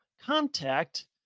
contact